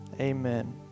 amen